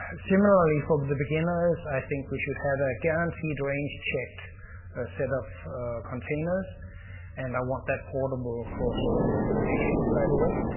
similarly, for the beginners, i think we should have a guaranteed range-checked set of containers and i want that portable across all implementations, by the way.